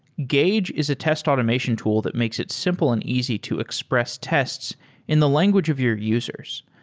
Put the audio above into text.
gauge is a test automation tool that makes it simple and easy to express tests in the language of your users.